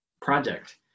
project